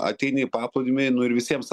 ateini į paplūdimį nu ir visiems